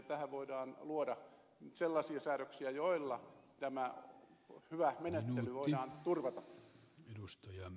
tähän voidaan luoda sellaisia säädöksiä joilla tämä hyvä menettely voidaan turvata